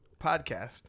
podcast